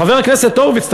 חבר הכנסת הורוביץ,